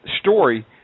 story